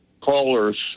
caller's